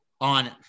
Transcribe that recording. on